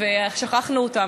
ושכחנו אותם,